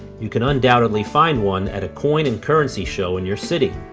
you can undoubtedly find one at a coin and currency show in your city,